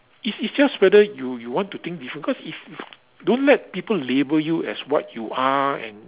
it's it's just whether you you want to think different cause if you don't let people label you as what you are and